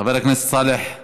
חבר הכנסת סאלח סעד,